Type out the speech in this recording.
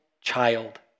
child